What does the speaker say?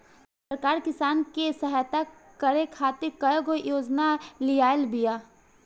सरकार किसान के सहयता करे खातिर कईगो योजना लियाइल बिया